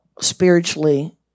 spiritually